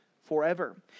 forever